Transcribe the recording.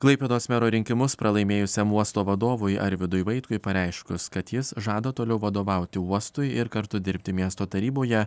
klaipėdos mero rinkimus pralaimėjusiam uosto vadovui arvydui vaitkui pareiškus kad jis žada toliau vadovauti uostui ir kartu dirbti miesto taryboje